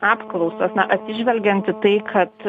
apklausas na atsižvelgiant į tai kad